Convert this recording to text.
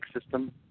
system